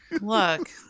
Look